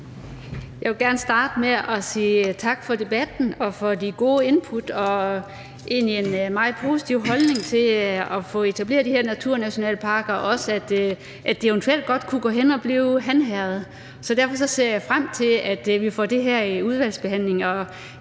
Jeg vil gerne starte med at sige tak for debatten og for de gode input og egentlig en meget positiv holdning til at få etableret de her naturnationalparker, og at det jo eventuelt også godt kunne gå hen og blive Han Herred. Så derfor ser jeg frem til, at vi får det her i udvalgsbehandlingen